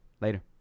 Later